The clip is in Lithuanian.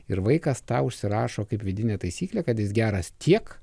ir vaikas tą užsirašo kaip vidinę taisyklę kad jis geras tiek